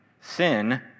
Sin